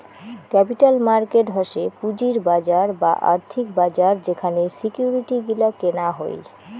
capital market হসে পুঁজির বাজার বা আর্থিক বাজার যেখানে সিকিউরিটি গিলা কেনা হই